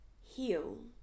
heal